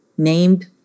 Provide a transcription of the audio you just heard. named